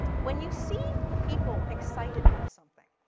when you see people excited by something,